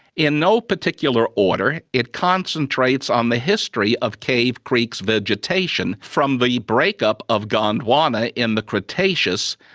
in no particular order, it concentrates on the history of cave creek's vegetation from the break up of gondwana in the cretaceous,